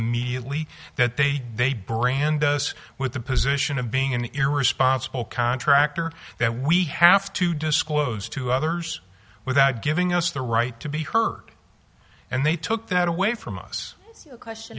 immediately that they they brand us with the position of being an irresponsible contractor that we have to disclose to others without giving us the right to be heard and they took that away from us